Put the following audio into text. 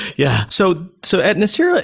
yeah. so so at nicira,